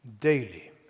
Daily